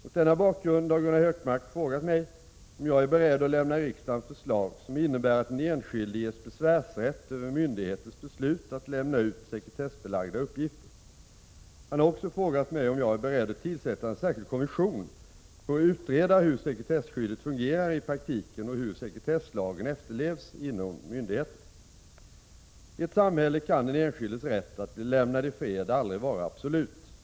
Mot denna bakgrund har Gunnar Hökmark frågat mig om jag är beredd att lämna riksdagen förslag som innebär att den enskilde ges besvärsrätt över myndigheters beslut att lämna ut sekretessbelagda uppgifter. Han har också frågat mig om jag är beredd att tillsätta en särskild kommission för att utreda hur sekretesskyddet fungerar i praktiken och hur sekretesslagen efterlevs inom myndigheter. I ett samhälle kan den enskildes rätt att bli lämnad i fred aldrig vara absolut.